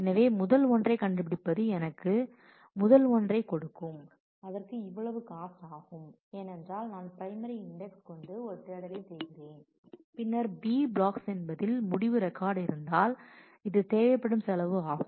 எனவே முதல் ஒன்றைக் கண்டுபிடிப்பது எனக்கு முதல் ஒன்றைக் கொடுக்கும் அதற்கு இவ்வளவு காஸ்ட் ஆகும் ஏனென்றால் நான் பிரைமரி இண்டெக்ஸ் கொண்டு ஒரு தேடலை செய்கிறேன் பின்னர் b ப்ளாக்ஸ் என்பதில் முடிவு ரெக்கார்டு இருந்தால் இது தேவைப்படும் செலவு ஆகும்